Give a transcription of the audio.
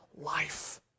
life